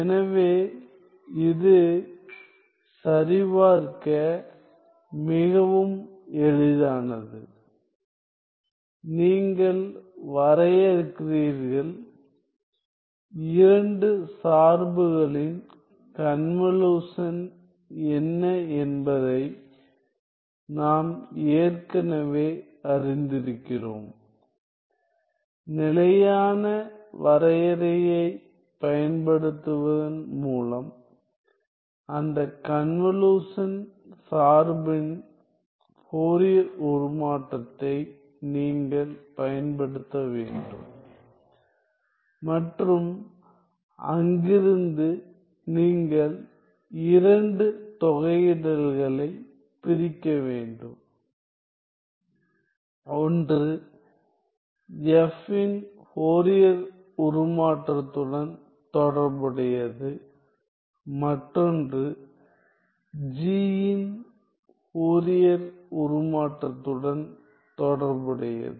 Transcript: எனவே இது சரிபார்க்க மிகவும் எளிதானது நீங்கள் வரையறுக்கிறீர்கள் 2 சார்புகளின் கன்வலுஷன் என்ன என்பதை நாம் ஏற்கனவே அறிந்திருக்கிறோம் நிலையான வரையறையைப் பயன்படுத்துவதன் மூலம் அந்த கன்வலுஷன் சார்பின் ஃபோரியர் உருமாற்றத்தை நீங்கள் பயன்படுத்த வேண்டும் மற்றும் அங்கிருந்து நீங்கள் 2 தொகையிடல்களை பிரிக்க வேண்டும் ஒன்று F இன் ஃபோரியர் உருமாற்றத்துடன் தொடர்புடையது மற்றொன்று G இன் ஃபோரியர் உருமாற்றத்துடன் தொடர்புடையது